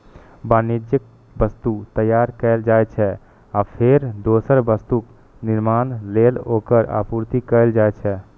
वाणिज्यिक वस्तु तैयार कैल जाइ छै, आ फेर दोसर वस्तुक निर्माण लेल ओकर आपूर्ति कैल जाइ छै